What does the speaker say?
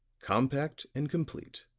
compact and complete,